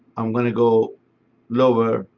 i'm gonna go lower,